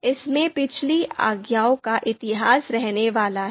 इसमें पिछली आज्ञाओं का इतिहास रहने वाला है